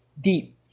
deep